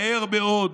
מהר מאוד,